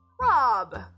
Rob